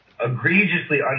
Egregiously